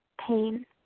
pain